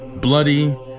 bloody